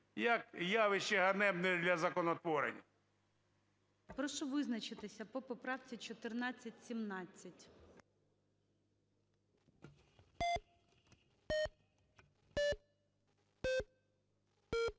як явище ганебне для законотворення. ГОЛОВУЮЧИЙ. Прошу визначитися по поправці 1417.